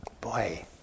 boy